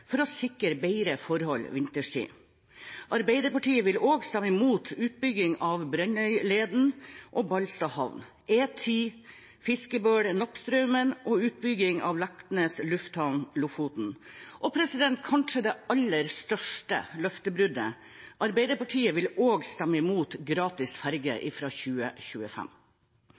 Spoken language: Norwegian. Arbeiderpartiet vil også stemme imot utbygging av Brønnøyleden og Ballstad havn, E10 Fiskebøl–Nappstraumen og utbygging av Leknes lufthavn Lofoten. Og kanskje det aller største løftebruddet: Arbeiderpartiet vil stemme imot gratis ferger fra 2025.